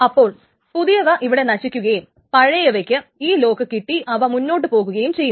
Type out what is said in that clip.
അപ്പോൾ പുതിയവ ഇവിടെ നശിക്കുകയും പഴയവക്ക് ഈ ലോക്ക് കിട്ടി അവ മുന്നോട്ടു പോകുകയും ചെയ്യുന്നു